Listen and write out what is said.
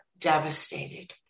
devastated